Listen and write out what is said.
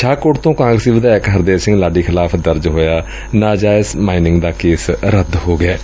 ਸ਼ਾਹਕੋਟ ਤੋਂ ਕਾਂਗਰਸੀ ਵਿਧਾਇਕ ਹਰਦੇਵ ਸਿੰਘ ਲਾਡੀ ਖਿਲਾਫ਼ ਦਰਜ ਹੋਇਆ ਨਾਜਾਇਜ਼ ਮਾਈਨਿੰਗ ਦਾ ਕੇਸ ਰੱਦ ਹੋ ਗਿਐ